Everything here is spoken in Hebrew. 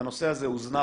והנושא הזה הוזנח.